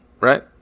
right